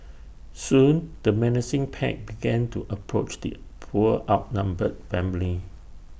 soon the menacing pack began to approach the poor outnumbered family